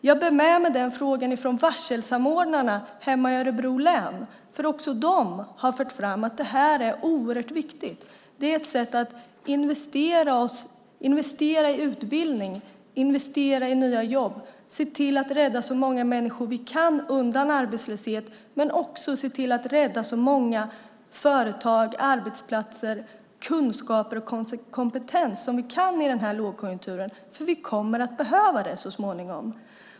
Jag bär med mig den frågan från varselsamordnarna hemma i Örebro län, för också de har fört fram att det här är oerhört viktigt. Det är ett sätt att investera i utbildning, investera i nya jobb och se till att rädda så många människor vi kan undan arbetslöshet, men också se till att rädda så många företag, arbetsplatser, kunskaper och kompetens som vi kan i den här lågkonjunkturen, för vi kommer att behöva det så småningom.